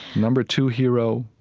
number two hero,